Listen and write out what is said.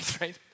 right